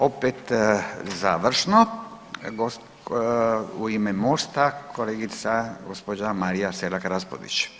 Opet završno u ime Mosta kolegica gospođa Marija Selak Raspudić.